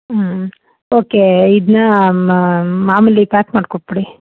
ಹ್ಞೂ ಓಕೆ ಇದನ್ನ ಮಾಮೂಲಿ ಪ್ಯಾಕ್ ಮಾಡಿ ಕೊಟ್ಟುಬಿಡಿ